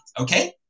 okay